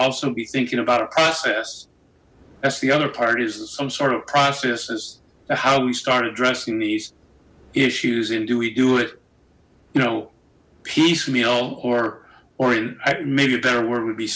also be thinking about a process that's the other part is some sort of process as to how we start addressing these issues and do we do it you know piecemeal or or in maybe a better word would be